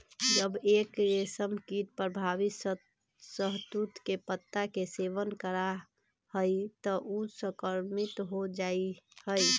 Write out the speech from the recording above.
जब एक रेशमकीट प्रभावित शहतूत के पत्ता के सेवन करा हई त ऊ संक्रमित हो जा हई